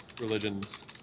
religions